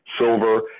silver